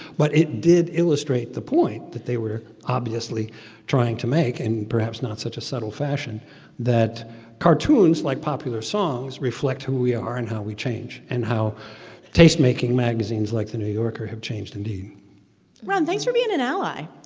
but it did illustrate the point that they were obviously trying to make in perhaps not such a subtle fashion that cartoons, like popular songs, reflect who we are and how we change and how taste-making magazines like the new yorker have changed, indeed ron, thanks for being an ally.